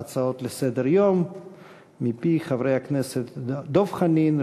כמה הצעות לסדר-היום מפי חברי הכנסת דב חנין,